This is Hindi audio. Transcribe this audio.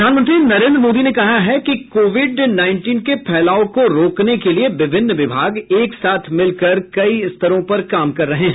प्रधानमंत्री नरेन्द्र मोदी ने कहा है कि कोविड उन्नीस के फैलाव को रोकने के लिए विभिन्न विभाग एक साथ मिलकर कई स्तरों पर काम कर रहे हैं